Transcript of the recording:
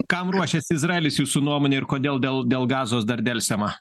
kam ruošiasi izraelis jūsų nuomone ir kodėl dėl dėl gazos dar delsiama